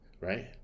right